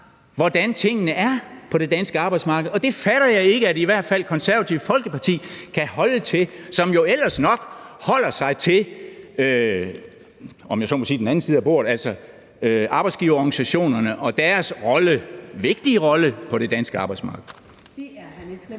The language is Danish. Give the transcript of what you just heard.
hvordan tingene er på det danske arbejdsmarked. Og jeg fatter ikke, at i hvert fald Det Konservative Folkeparti, som jo ellers nok holder sig til den anden side af bordet, om jeg så må sige, altså arbejdsgiverorganisationerne og deres vigtige rolle på det danske arbejdsmarked,